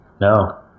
No